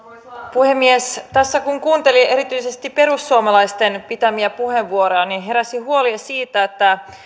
puhemies tässä kun kuunteli erityisesti perussuomalaisten pitämiä puheenvuoroja niin heräsi huoli siitä